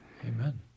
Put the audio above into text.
Amen